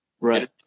Right